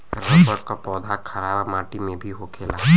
rubber क पौधा खराब माटी में भी होखेला